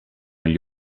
gli